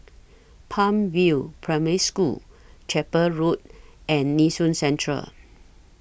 Palm View Primary School Chapel Road and Nee Soon Central